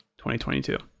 2022